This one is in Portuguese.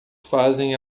fazem